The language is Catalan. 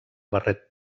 barret